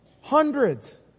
Hundreds